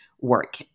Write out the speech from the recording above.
work